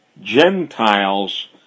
Gentiles